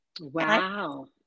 wow